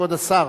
כבוד השר,